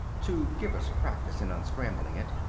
to give us practice in unscrambling it.